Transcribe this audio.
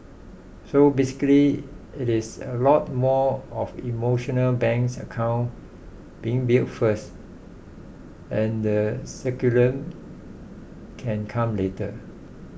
so basically it is a lot more of emotional banks account being built first and the curriculum can come later